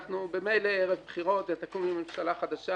אנחנו ממילא ערב בחירות ותקום ממשלה חדשה,